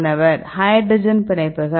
மாணவர் ஹைட்ரஜன் பிணைப்புகள்